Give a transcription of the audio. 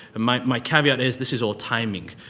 my my caveat is this is all timing.